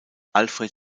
alfred